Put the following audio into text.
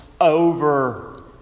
over